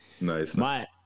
Nice